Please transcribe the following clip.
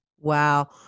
Wow